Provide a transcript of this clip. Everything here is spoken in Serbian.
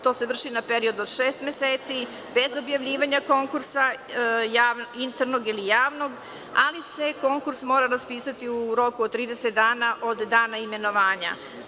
To se vrši na period od šest meseci, bez objavljivanja konkursa internog ili javnog, ali se konkurs mora raspisati u roku od 30 dana od dana imenovanja.